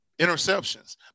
interceptions